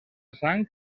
sang